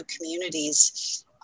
communities